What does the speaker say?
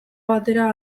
batera